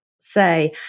say